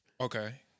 okay